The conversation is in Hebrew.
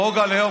הלאום,